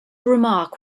remark